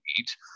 eat